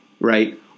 right